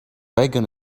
wagon